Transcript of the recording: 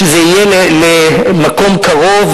שזה יהיה למקום קרוב,